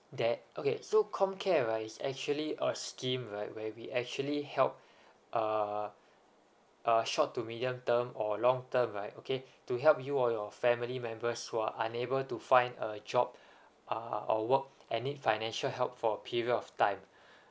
that okay so comcare right is actually a scheme right where we actually help uh uh short to medium term or long term right okay to help you or your family members who are unable to find a job uh or work and need financial help for a period of time